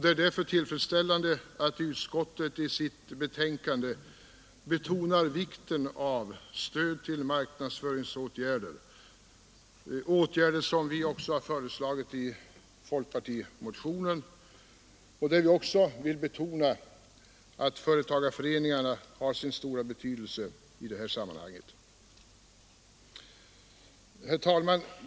Det är därför tillfredsställande att utskottet i sitt betänkande betonar vikten av stöd till marknadsföringsåtgärder, vilket vi också har föreslagit i folkpartimotionen. Vi betonar också i motionen att företagarföreningarna är viktiga i detta sammanhang. Herr talman!